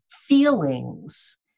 feelings